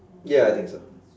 ya I think so